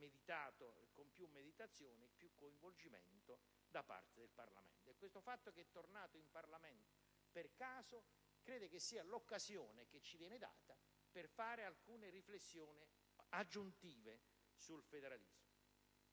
meditato e necessitava più coinvolgimento da parte del Parlamento. Il fatto che sia tornato in Parlamento per caso credo che sia l'occasione che ci viene data per fare alcune riflessioni aggiuntive sul federalismo.